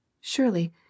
surely